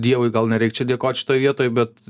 dievui gal nereik čia dėkot šitoj vietoj bet